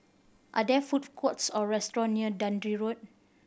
are there food courts or restaurant near Dundee Road